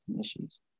issues